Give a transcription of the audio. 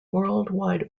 worldwide